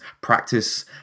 practice